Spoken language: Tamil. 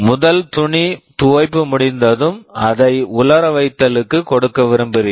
முதல் துணி துவைப்பு முடிந்ததும் அதை உலர வைத்தலுக்கு கொடுக்க விரும்புகிறீர்கள்